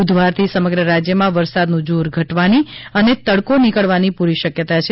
બુધવારથી સમગ્ર રાજ્યમાં વરસાદનું જોર ઘટવાની અને તડકો નીકળવાની પૂરી શક્યતા છે